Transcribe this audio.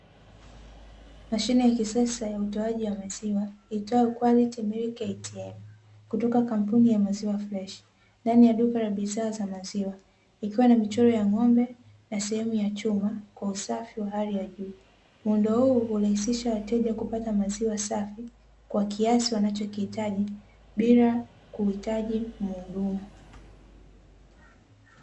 Mashine ya kisasa ya utoaji wa maziwa iitwayo "QUALITY MILK ATM", kutoka kampuni ya maziwa fresh, ndani ya duka la bidhaa za maziwa, ikiwa na michoro ya ng'ombe na sehemu ya chuma kwa usafi wa hali ya juu. Muundo huu hurahisishia wateja kupata maziwa safi kwa kiasi wanachokihitaji bila kuhitaji mhudumu.